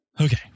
Okay